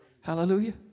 Hallelujah